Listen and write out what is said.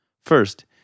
First